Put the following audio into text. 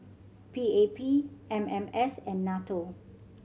P A P M M S and NATO